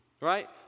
right